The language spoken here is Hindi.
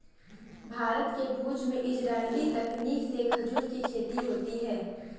भारत के भुज में इजराइली तकनीक से खजूर की खेती होती है